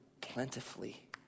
plentifully